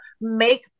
make